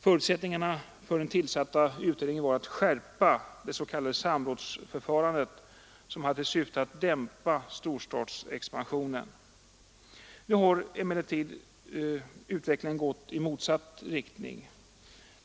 Förutsättningarna för den tillsatta utredningen var att skärpa det s.k. samrådsförfarandet, som hade till syfte att dämpa storstadsexpansionen. Nu har emellertid utvecklingen gått i motsatt riktning.